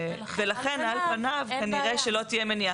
ולכן על פניו כנראה שלא תהיה מניעה.